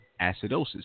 acidosis